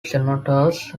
senators